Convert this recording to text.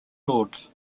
swords